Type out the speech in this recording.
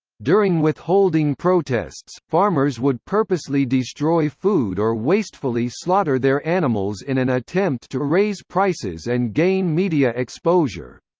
during withholding protests, farmers would purposely destroy food or wastefully slaughter their animals in an attempt to raise prices and gain media exposure.